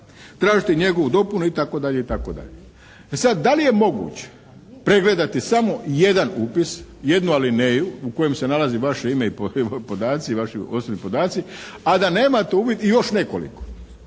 Tražiti njegovu dopunu, itd., itd. E sad, da li je moguće pregledati samo jedan upis, jednu alineju u kojem se nalazi vaše ime i podaci, vaši osobni podaci a da nemate uvid i još nekoliko.